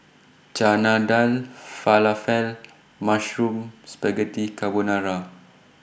Chana Dal Falafel Mushroom Spaghetti Carbonara